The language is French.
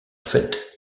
fait